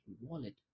wallet